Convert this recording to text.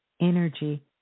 energy